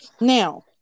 now